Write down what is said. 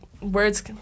words